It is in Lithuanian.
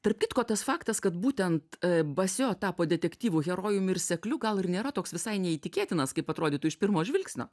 tarp kitko tas faktas kad būtent basio tapo detektyvu herojum ir sekliu gal ir nėra toks visai neįtikėtinas kaip atrodytų iš pirmo žvilgsnio